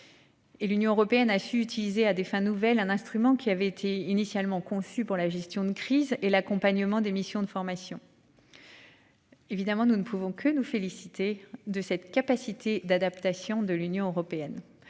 Et l'Union européenne a su utiliser à des fins nouvelle un instrument qui avait été initialement conçu pour la gestion de crise et l'accompagnement des missions de formation.-- Évidemment nous ne pouvons que nous féliciter de cette capacité d'adaptation de l'Union européenne